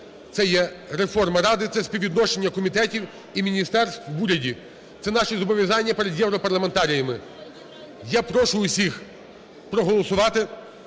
це є реформа Ради, це співвідношення комітетів і міністерств в уряді, це наші зобов'язання перед європарламентаріями. Я прошу всіх проголосувати,